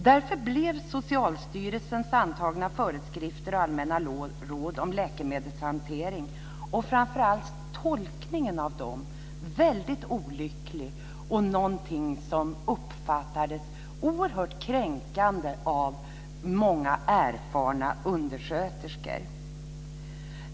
Därför blev Socialstyrelsens antagna föreskrifter och allmänna råd om läkemedelshantering, och framför allt tolkningen av dem, väldigt olycklig och någonting som uppfattades som oerhört kränkande av många erfarna undersköterskor.